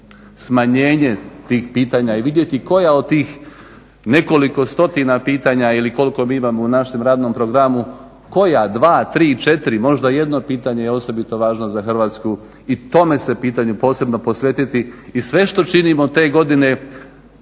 smanjenje tih pitanja i vidjeti koja od tih nekoliko stotina pitanja ili koliko mi imamo u našem radnom programu, koja dva, tri, četiri, možda jedno pitanje je osobito važno za Hrvatsku i tome se pitanju posebno posvetiti i sve što činimo te godine